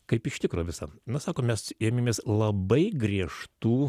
kaip iš tikro visa nu sako mes ėmėmės labai griežtų